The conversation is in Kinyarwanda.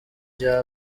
bya